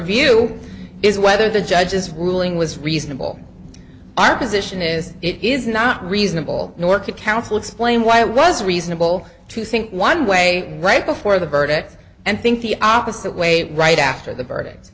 view is whether the judge's ruling was reasonable our position is it is not reasonable nor could counsel explain why it was reasonable to think one way right before the verdict and think the opposite way right after the verdict